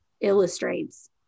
illustrates